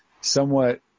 somewhat